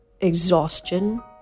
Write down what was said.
exhaustion